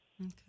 Okay